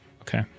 Okay